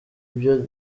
byo